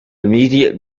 immediate